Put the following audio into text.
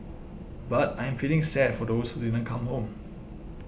but I'm feeling sad for those who didn't come home